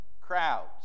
crowds